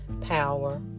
power